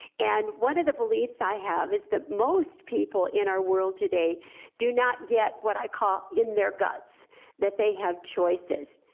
and one of the beliefs i have is that most people in our world today do not get what i call in their guts that they have choices.